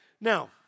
Now